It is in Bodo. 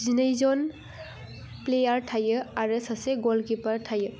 जिनैजन प्लेयार थायो आरो सासे गलकिपार थायो